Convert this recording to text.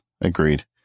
Agreed